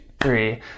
three